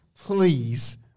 Please